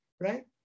right